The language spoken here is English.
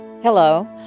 Hello